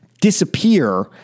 disappear